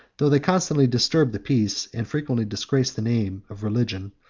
though they constantly disturbed the peace, and frequently disgraced the name, of religion,